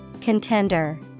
Contender